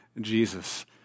Jesus